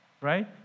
right